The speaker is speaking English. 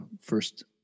first